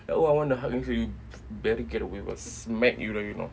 like oh I want to hug I say you better get away I will smack you then you know